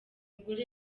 mugore